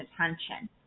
attention